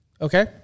Okay